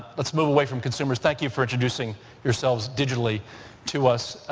let's move away from consumers. thank you for introducing yourselves digitally to us.